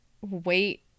wait